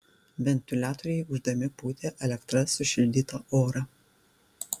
ventiliatoriai ūždami pūtė elektra sušildytą orą